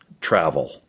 travel